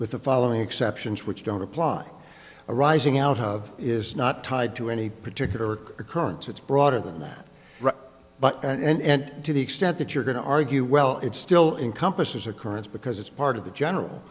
with the following exceptions which don't apply arising out of is not tied to any particular occurrence it's broader than that but an end to the extent that you're going to argue well it's still in compass occurrence because it's part of the general